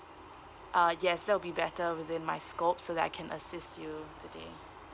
uh yes that will be better within my scope so that I can assist you today